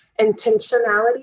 intentionality